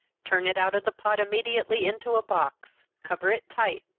turn it out of the pot immediately, into a box cover it tight,